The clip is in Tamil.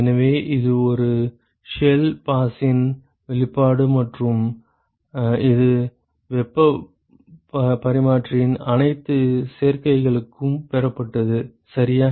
எனவே இது ஒரு ஷெல் பாஸின் வெளிப்பாடு மற்றும் இது வெப்பப் பரிமாற்றியின் அனைத்து சேர்க்கைகளுக்கும் பெறப்பட்டது சரியா